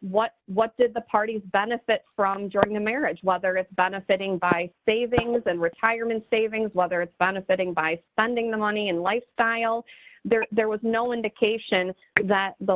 what what did the parties benefit from during the marriage whether it's benefitting by savings and retirement savings whether it's benefiting by spending the money and lifestyle there was no indication that the